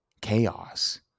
chaos